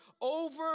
over